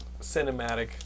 cinematic